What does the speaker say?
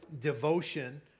devotion